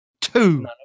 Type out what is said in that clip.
Two